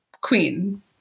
queen